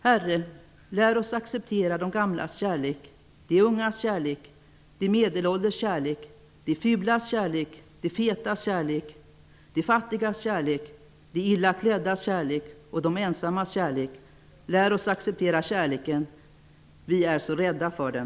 ''Herre, lär oss acceptera de gamlas kärlek, de ungas kärlek, de medelålders kärlek, de fulas kärlek, de fetas kärlek, de fattigas kärlek, de illa kläddas kärlek och de ensammas kärlek. Lär oss acceptera kärleken, vi är så räddda för den.''